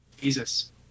Jesus